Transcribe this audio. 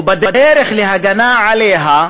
ובדרך להגנה עליה,